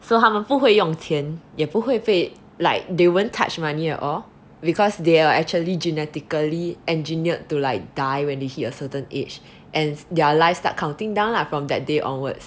so 他们不会用钱也不会被 like they won't touch money at all because they are actually genetically engineered to like die when they hit a certain age and their life start counting down lah from that day onwards